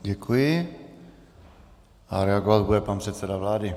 Děkuji a reagovat bude pan předseda vlády.